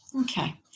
Okay